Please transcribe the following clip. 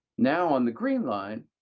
now, on the green line,